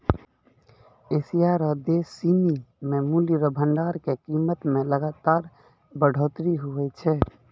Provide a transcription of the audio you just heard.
Asia रो देश सिनी मे मूल्य रो भंडार के कीमत मे लगातार बढ़ोतरी हुवै छै